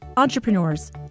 Entrepreneurs